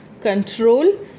control